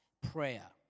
prayer